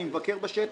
אני מבקר בשטח,